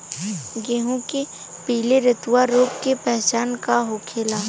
गेहूँ में पिले रतुआ रोग के पहचान का होखेला?